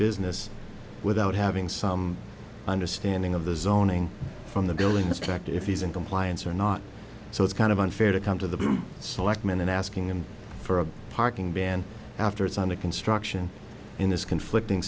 business without having some understanding of the zoning from the billings tract if he's in compliance or not so it's kind of unfair to come to the selectmen and asking him for a parking ban after it's under construction in this conflicting